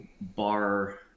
bar